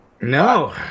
No